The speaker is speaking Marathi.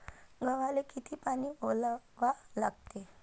गव्हाले किती पानी वलवा लागते?